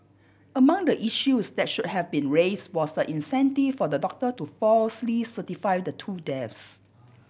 among the issues that should have been raised was the incentive for the doctor to falsely certify the two depths